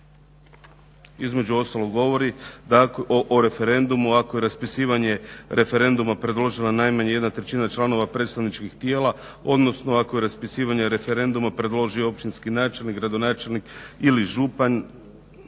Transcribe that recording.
između ostalog govori dakle o referendumu ako je raspisivanje referenduma predložila najmanje jedna trećina članova predstavničkih tijela odnosno ako raspisivanje referenduma predložio općinski načelnik, gradonačelnik ili župan